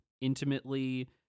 intimately